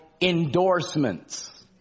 endorsements